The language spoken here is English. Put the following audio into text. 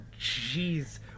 jeez